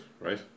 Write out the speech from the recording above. right